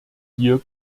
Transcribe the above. hier